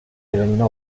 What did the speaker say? eliminó